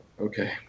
Okay